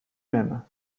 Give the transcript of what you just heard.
même